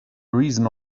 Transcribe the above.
reason